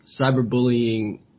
cyberbullying